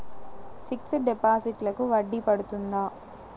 Fixed డిపాజిట్లకు వడ్డీ పడుతుందా?